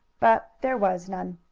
but there was none.